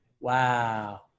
Wow